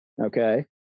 okay